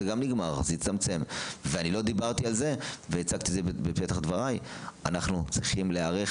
הצגתי את זה בפתח דבריי: אנחנו צריכים להיערך